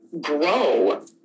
grow